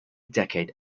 decade